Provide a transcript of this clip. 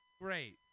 great